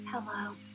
Hello